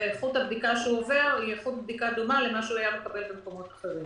ואיכות הבדיקה שהוא עובר דומה למה שהוא היה מקבל במקומות אחרים.